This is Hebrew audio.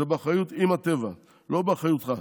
זה באחריות אימא טבע, לא באחריותך.